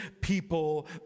people